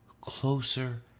closer